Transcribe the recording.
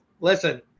listen